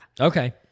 Okay